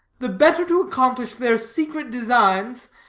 the better to accomplish their secret designs,